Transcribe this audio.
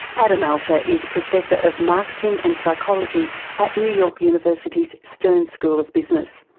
adam alter is professor of marketing and psychology at new york university's stern school of business,